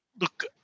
look